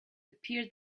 appeared